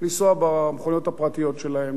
לנסוע במכוניות הפרטיות שלהם,